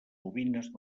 bobines